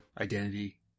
identity